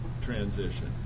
transition